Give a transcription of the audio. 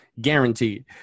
Guaranteed